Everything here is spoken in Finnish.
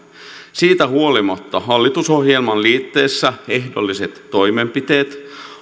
siitä huolimatta hallitusohjelman liitteessä ehdolliset toimenpiteet